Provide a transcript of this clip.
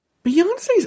Beyonce's